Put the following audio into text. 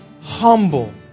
humble